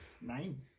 Nine